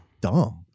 dumb